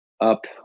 Up